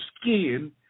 skin